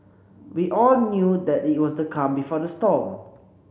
we all knew that it was the calm before the storm